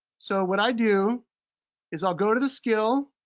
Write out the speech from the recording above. so what i do is i'll go to the skill,